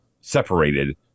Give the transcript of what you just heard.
separated